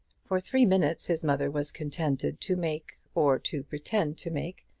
for three minutes his mother was contented to make, or to pretend to make,